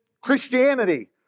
Christianity